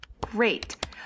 Great